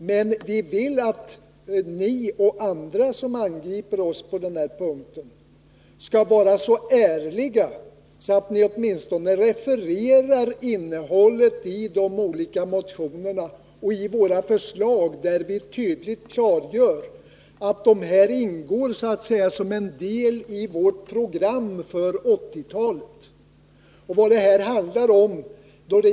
Men vi vill att ni och andra som angriper oss på den punkten skall vara så ärliga att ni åtminstone refererar innehållet i de olika motionerna och i våra förslag. där vi tydligt klargör att detta ingår som en del i vårt program för 1980-talet.